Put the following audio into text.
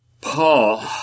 Paul